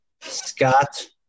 Scott